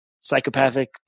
psychopathic